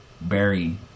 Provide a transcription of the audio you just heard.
Barry